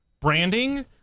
branding